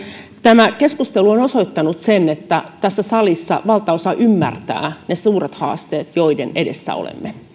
tämä keskustelu on osoittanut sen että tässä salissa valtaosa ymmärtää ne suuret haasteet joiden edessä olemme